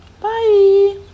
Bye